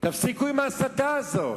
תפסיקו עם ההסתה הזאת.